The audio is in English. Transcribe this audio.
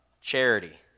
charity